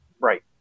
Right